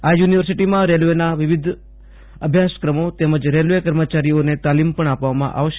આ યૂનિવર્સિટીમાં રેલ્વેના વિવિધ અભ્યાસક્રમો તેમજ રેલ્વે કર્મચારીઓને તાલિમ પજ્ઞ આપવામાં આવશે